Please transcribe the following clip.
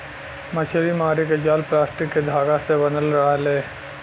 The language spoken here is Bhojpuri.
मछरी मारे क जाल प्लास्टिक के धागा से बनल रहेला